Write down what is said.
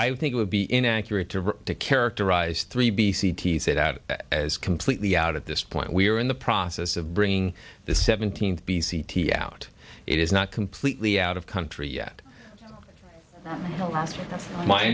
i think it would be inaccurate to to characterize three b c t set out as completely out at this point we're in the process of bringing the seventeenth b c t f out it is not completely out of country yet my